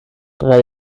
drei